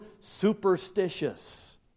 superstitious